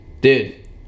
Dude